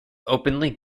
openly